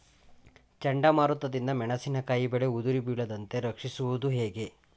ಚಂಡಮಾರುತ ದಿಂದ ಮೆಣಸಿನಕಾಯಿ ಬೆಳೆ ಉದುರಿ ಬೀಳದಂತೆ ರಕ್ಷಿಸುವುದು ಹೇಗೆ?